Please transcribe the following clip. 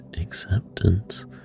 acceptance